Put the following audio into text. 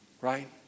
Right